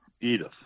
Edith